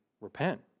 repent